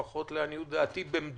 לפחות לעניות דעתי,